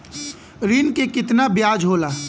ऋण के कितना ब्याज होला?